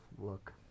look